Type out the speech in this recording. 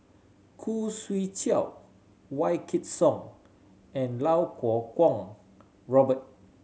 Khoo Swee Chiow Wykidd Song and Iau Kuo Kwong Robert